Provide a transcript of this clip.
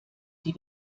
die